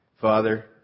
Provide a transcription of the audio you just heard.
Father